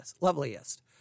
loveliest